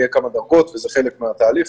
יהיו כמה דרגות וזה חלק מהתהליך.